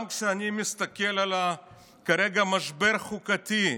גם כשאני מסתכל כרגע על המשבר החוקתי,